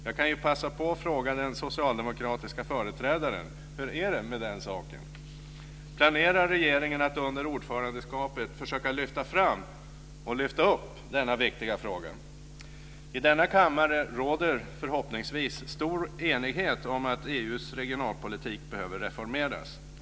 Jag kan ju passa på att fråga den socialdemokratiska företrädaren hur det är med den saken. Planerar regeringen att under ordförandeskapet försöka lyfta fram denna viktiga fråga? I denna kammare råder förhoppningsvis stor enighet om att EU:s regionalpolitik behöver reformeras.